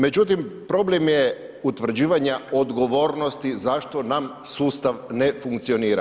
Međutim, problem je utvrđivanja odgovornosti zašto nam sustav ne funkcionira.